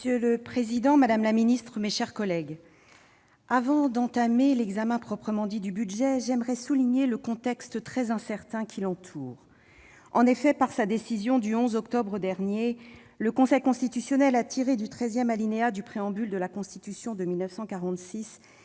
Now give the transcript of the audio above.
Monsieur le président, madame la ministre, mes chers collègues, avant d'entamer l'examen proprement dit du budget, j'aimerais souligner le contexte très incertain qui l'entoure. En effet, par sa décision du 11 octobre dernier, le Conseil constitutionnel a tiré du treizième alinéa du préambule de la Constitution de 1946